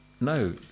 no